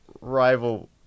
rival